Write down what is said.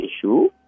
issue